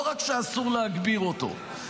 לא רק שאסור להגביר אותו,